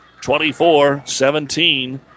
24-17